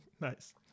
Nice